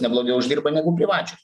neblogai uždirba negu privačios